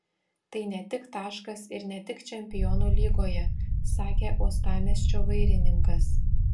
tai ne tik taškas ir ne tik čempionų lygoje sakė uostamiesčio vairininkas